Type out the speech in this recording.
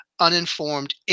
Uninformed